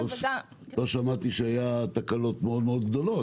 לא שמעתי שהיו תקלות מאוד גדולות.